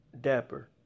dapper